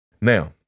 Now